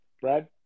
Brad